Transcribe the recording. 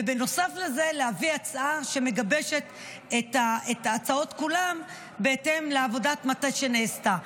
ובנוסף לזה להביא הצעה שמגבשת את ההצעות כולן בהתאם לעבודת מטה שנעשתה,